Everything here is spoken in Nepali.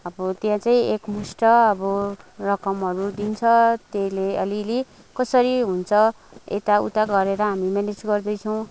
अब त्यहाँ चाहिँ एकमुष्ट अब रकमहरू दिन्छ त्यसले अलिअलि कसरी हुन्छ यताउता गरेर हामी म्यानेज गर्दैछौँ